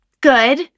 Good